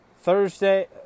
Thursday